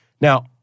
Now